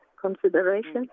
consideration